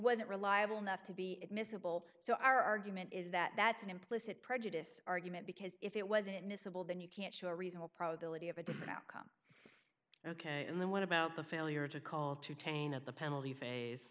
wasn't reliable enough to be missable so our argument is that that's an implicit prejudice argument because if it wasn't miscible then you can't show a reasonable probability of a different outcome ok and then what about the failure to call to tain at the penalty